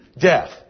Death